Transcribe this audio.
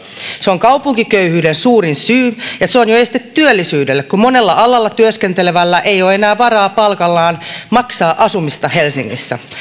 se on kaupunkiköyhyyden suurin syy ja se on jo este työllisyydelle kun monella alalla työskentelevällä ei ole enää varaa palkallaan maksaa asumista helsingissä